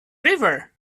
river